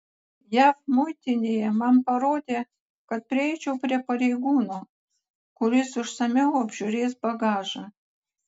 jav muitinėje man parodė kad prieičiau prie pareigūno kuris išsamiau apžiūrės bagažą